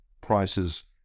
prices